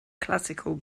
classical